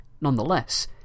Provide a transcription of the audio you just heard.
Nonetheless